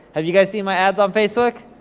have you guys seen my ads on facebook?